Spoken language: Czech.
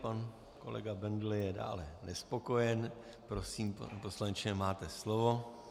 Pan kolega Bendl je dále nespokojen, prosím, pane poslanče, máte slovo.